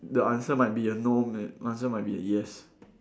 the answer might be a no may the answer might be a yes